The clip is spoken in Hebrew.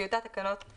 תציגי את עצמך.